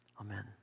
Amen